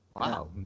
wow